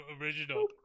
original